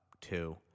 two